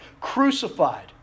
crucified